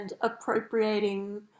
appropriating